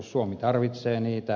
suomi tarvitsee niitä